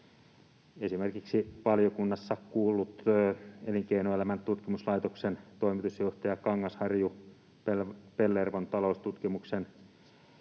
esimerkiksi valiokunnassa kuullut Elinkeinoelämän tutkimuslaitoksen toimitusjohtaja Kangasharju ja Pellervon taloustutkimuksen